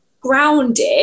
grounded